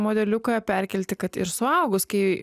modeliuką perkelti kad ir suaugus kai